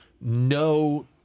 no